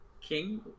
King